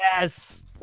Yes